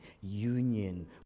union